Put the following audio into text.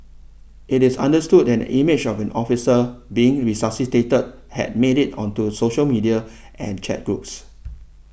it is understood an image of an officer being resuscitated had made it onto social media and chat groups